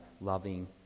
loving